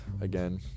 again